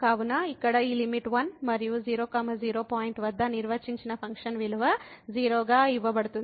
కాబట్టి ఇక్కడ ఈ లిమిట్ 1 మరియు 00 పాయింట్ వద్ద నిర్వచించిన ఫంక్షన్ విలువ 0 గా ఇవ్వబడుతుంది